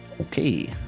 Okay